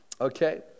Okay